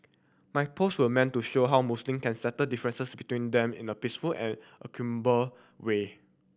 my post were meant to show how Muslim can settle differences between them in a peaceful and way